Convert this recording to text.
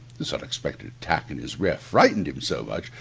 this unexpected attack in his rear frightened him so much,